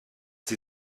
sie